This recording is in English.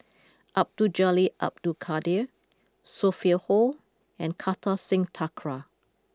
Abdul Jalil Abdul Kadir Sophia Hull and Kartar Singh Thakral